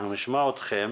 אנחנו נשמע אתכם,